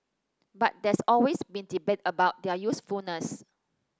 but there's always been debate about their usefulness